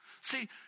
See